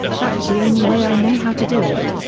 that's the only way i know how to do it.